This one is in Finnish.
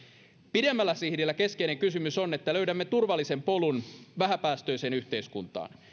pidemmällä sihdillä keskeinen kysymys on että löydämme turvallisen polun vähäpäästöiseen yhteiskuntaan